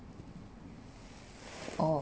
oh